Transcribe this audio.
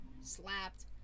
slapped